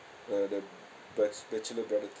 uh the bach~ bachelor brother